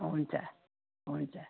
हुन्छ हुन्छ